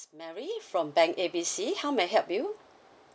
mary from bank A B C how may I help you